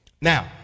Now